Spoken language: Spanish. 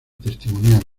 testimonial